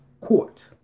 court